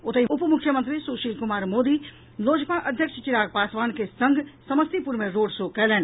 ओतहि उपमुख्यमंत्री सुशील कुमार मोदी लोजपा अध्यक्ष चिराग पासवान के संग समस्तीपुर मे रोड शो कयलनि